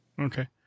Okay